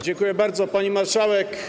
Dziękuję bardzo, pani marszałek.